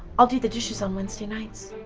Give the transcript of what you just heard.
i'll do the dishes on wednesday nights.